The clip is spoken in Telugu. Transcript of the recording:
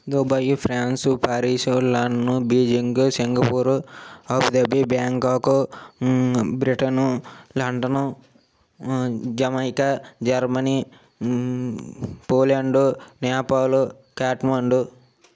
Dubai France Paris London Beijing Singapore Abu Dhabi Bangkok Britain London Jamaica Germany Poland Nepal Kathmandu